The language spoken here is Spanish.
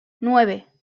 nueve